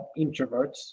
introverts